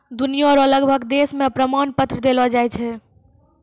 दुनिया रो लगभग देश मे प्रमाण पत्र देलो जाय छै